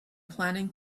planning